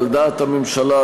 על דעת הממשלה,